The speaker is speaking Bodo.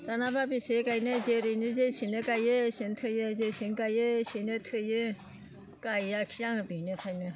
दानाबा बेसे गायनो जेरैनो जेसेनो गायो एसेनो थैयो जेसेनो गायो एसेनो थैयो गायाखिसै आंङो बेनिखायनो